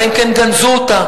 אלא אם כן גנזו אותה.